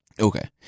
Okay